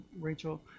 Rachel